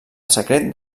secret